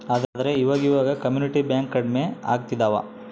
ಆದ್ರೆ ಈವಾಗ ಇವಾಗ ಕಮ್ಯುನಿಟಿ ಬ್ಯಾಂಕ್ ಕಡ್ಮೆ ಆಗ್ತಿದವ